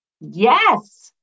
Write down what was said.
Yes